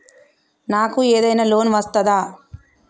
నాకు ఏదైనా లోన్ వస్తదా?